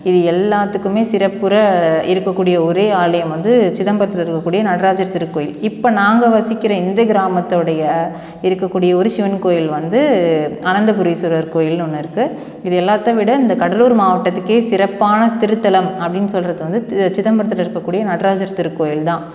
இது எல்லாத்துக்குமே சிறப்புற இருக்கக்கூடிய ஒரே ஆலயம் வந்து சிதம்பரத்தில் இருக்கக்கூடிய நடராஜர் திருக்கோயில் இப்போ நாங்கள் வசிக்கிற இந்த கிராமத்துடைய இருக்கக்கூடிய ஒரு சிவன் கோயில் வந்து அனந்தபுரீஸ்வரர் கோயில்னு ஒன்று இருக்குது இது எல்லாத்தையும் விட இந்த கடலூர் மாவட்டத்துக்கே சிறப்பான திருத்தலம் அப்படின்னு சொல்கிறது வந்து சிதம்பரத்தில் இருக்கக்கூடிய நடராஜர் திருக்கோயில் தான்